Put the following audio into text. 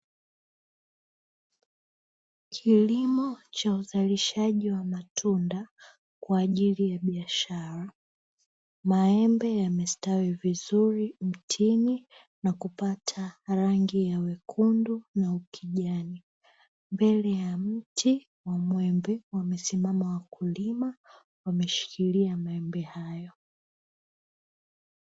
Kilimo cha uzalishaji wa matunda kwa ajili ya biashara maembe, yamestawi vizuri mtini na kupata rangi ya wekundu na ukijani mbele ya mti wa muembe wamesimama wakulima wameshikilia maembe hayo.